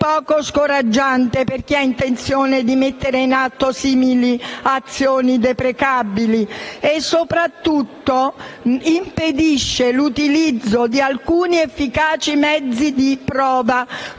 poco scoraggiante per chi ha intenzione di mettere in atto simili azioni deprecabili e, soprattutto, impedisce l'utilizzo di alcuni efficaci mezzi di prova